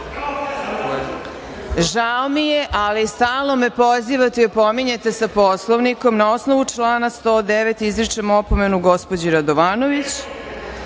žao mi je, ali stalno me pozivate i opominjete sa Poslovnikom, na osnovu člana 109. izričem opomenu gospođi Radovanović,